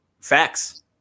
Facts